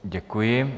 Děkuji.